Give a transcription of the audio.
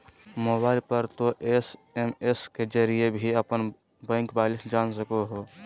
mobile पर तों SMS के जरिए भी अपन बैंक बैलेंस जान सको हो